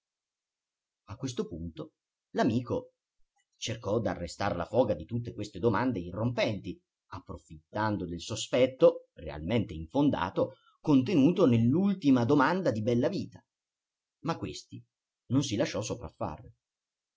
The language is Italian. a questo punto l'amico cercò d'arrestar la foga di tutte queste domande irrompenti approfittando del sospetto realmente infondato contenuto nell'ultima domanda di bellavita ma questi non si lasciò sopraffare